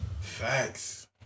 Facts